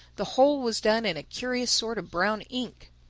the whole was done in a curious sort of brown ink.